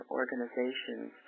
organizations